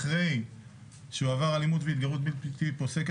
אחרי שעבר אלימות והתגרות בלתי פוסקת,